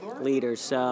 leaders